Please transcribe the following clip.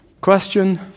Question